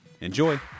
Enjoy